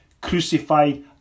crucified